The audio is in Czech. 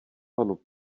panu